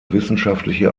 wissenschaftliche